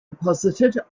deposited